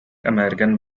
american